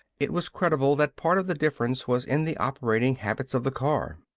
it was credible that part of the difference was in the operating habits of the cars.